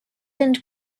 and